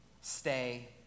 stay